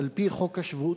על-פי חוק השבות,